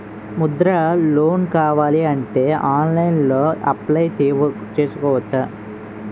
Mudra loan కావాలి అంటే ఆన్లైన్లో అప్లయ్ చేసుకోవచ్చా?